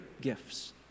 gifts